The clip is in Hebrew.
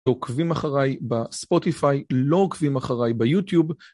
עוקבים אחריי בספוטיפיי, לא עוקבים אחריי ביוטיוב.